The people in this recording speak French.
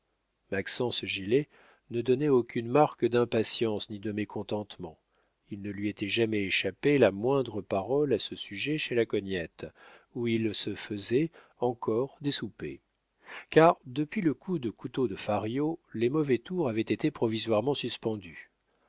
maxence gilet ne donnait aucune marque d'impatience ni de mécontentement il ne lui était jamais échappé la moindre parole à ce sujet chez la cognette où il se faisait encore des soupers car depuis le coup de couteau de fario les mauvais tours avaient été provisoirement suspendus